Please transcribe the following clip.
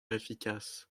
efficace